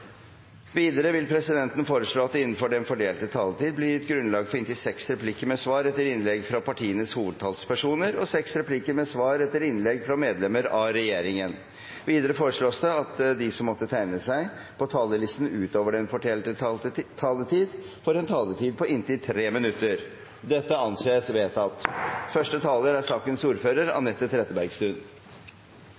Videre vil presidenten foreslå at det blir gitt anledning til inntil seks replikker med svar etter innlegg fra partienes hovedtalspersoner og seks replikker med svar etter innlegg fra medlemmer av regjeringen innenfor den fordelte taletid. Videre foreslås det at de som måtte tegne seg på talerlisten utover den fordelte taletid, får en taletid på inntil 3 minutter. – Dette anses vedtatt. Likestilling er